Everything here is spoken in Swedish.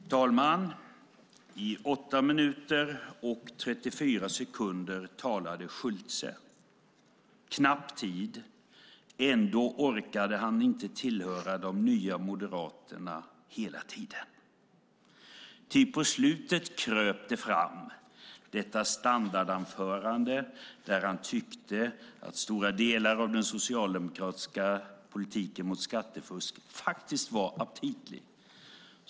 Fru talman! I 8 minuter och 34 sekunder talade Schulte, och ändå orkade han inte tillhöra de nya moderaterna hela tiden. Ty på slutet kröp det fram i detta standardanförande att han tyckte att stora delar av den socialdemokratiska politiken mot skattefusk var aptitlig.